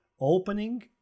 opening